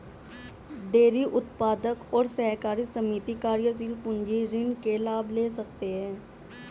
dairy उत्पादक और सहकारी समिति कार्यशील पूंजी ऋण के लाभ ले सकते है